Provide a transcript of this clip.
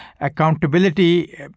accountability